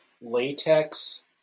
latex